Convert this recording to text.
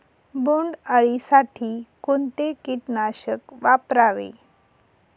बोंडअळी साठी कोणते किटकनाशक वापरावे?